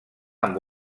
amb